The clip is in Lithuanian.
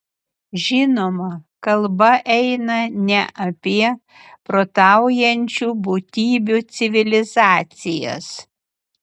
žinoma kalba eina ne apie protaujančių būtybių civilizacijas